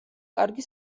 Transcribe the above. კარგი